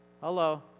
Hello